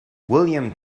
william